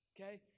okay